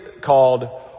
called